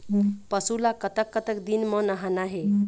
पशु ला कतक कतक दिन म नहाना हे?